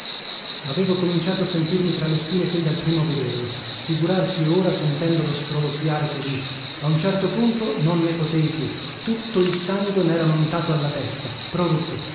avevo cominciato a sentirmi tra le spine fin dal primo vederlo figurarsi ora sentendolo sproloquiare così a un certo punto non ne potei più tutto il sangue mera montato alla testa proruppi